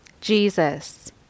Jesus